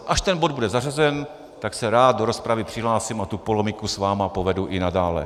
Až ten bod bude zařazen, tak se rád do rozpravy přihlásím a tu polemiku s vámi povedu i nadále.